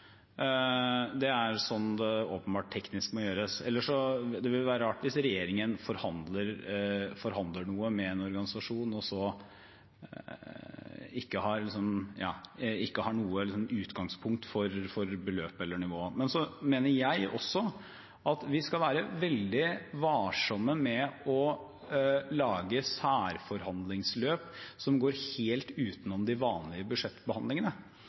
Det er slik det åpenbart teknisk må gjøres. Det ville vært rart hvis regjeringen forhandler noe med en organisasjon og ikke har noe utgangspunkt for beløp eller nivå. Men jeg mener også at vi skal være veldig varsomme med å lage særforhandlingsløp som går helt utenom de vanlige budsjettbehandlingene,